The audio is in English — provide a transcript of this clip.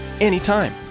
anytime